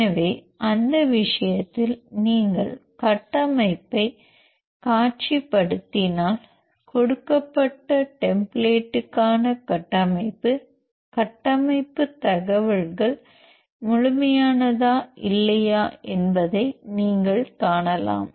எனவே அந்த விஷயத்தில் நீங்கள் கட்டமைப்பைக் காட்சிப்படுத்தினால் கொடுக்கப்பட்ட டெம்பிளேட்க்கான கட்டமைப்பு கட்டமைப்பு தகவல்கள் முழுமையானதா இல்லையா என்பதை நீங்கள் காணலாம்